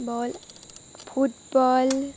ball football